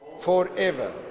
forever